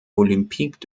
olympiques